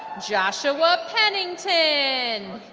joshua pennington